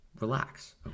relax